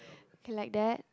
K like that